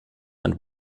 and